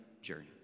journey